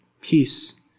peace